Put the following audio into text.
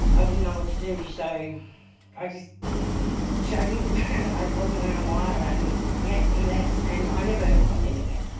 i didn't know what to do. so i just showed him i wasn't wearing a wire. and yeah, he left and i never heard from him again.